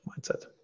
mindset